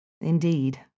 Indeed